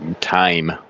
time